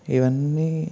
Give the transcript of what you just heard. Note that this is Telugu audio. ఇవన్నీ